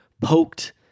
poked